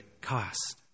cost